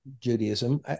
Judaism